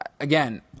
again